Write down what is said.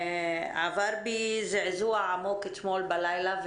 שעבר בי זעזוע עמוק אתמול בלילה,